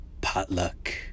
potluck